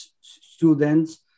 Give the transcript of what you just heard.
students